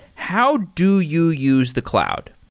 how do you use the cloud?